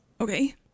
Okay